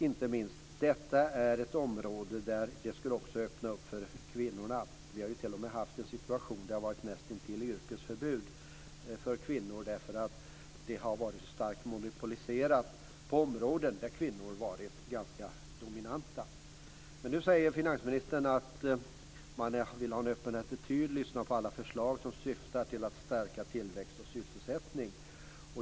Det sistnämnda är ett område som skulle öppna för kvinnorna. Det har t.o.m. varit näst intill yrkesförbud för kvinnor. De områden där kvinnor dominerat har varit starkt monopoliserade. Nu säger finansministern att man vill ha en öppen attityd och lyssna på alla förslag som syftar till att stärka tillväxt och sysselsättning.